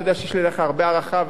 אתה יודע שיש לי אליך הרבה הערכה,